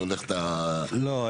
לא,